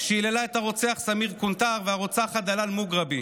שהיללה את הרוצח סמיר קונטאר והרוצחת דלאל מוגרבי.